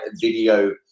video